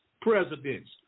presidents